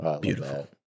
beautiful